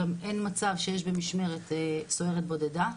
אין מצב שיש במשמרת סוהרת בודדה,